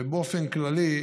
ובאופן כללי,